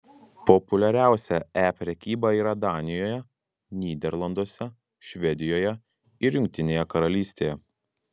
populiariausia e prekyba yra danijoje nyderlanduose švedijoje ir jungtinėje karalystėje